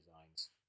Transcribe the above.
designs